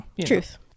Truth